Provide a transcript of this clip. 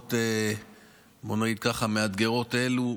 בתקופות מאתגרות אלו.